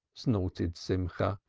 snorted simcha.